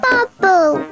Bubble